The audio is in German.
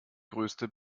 größte